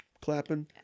clapping